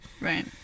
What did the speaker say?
right